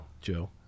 Joe